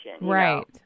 Right